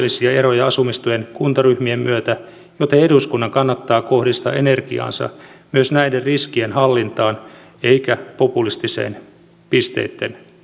alueellisia eroja asumistuen kuntaryhmien myötä joten eduskunnan kannattaa kohdistaa energiaansa myös näiden riskien hallintaan eikä populistiseen pisteitten